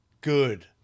good